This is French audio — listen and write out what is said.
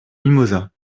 mimosas